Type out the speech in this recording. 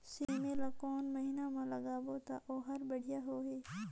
सेमी ला कोन महीना मा लगाबो ता ओहार बढ़िया होही?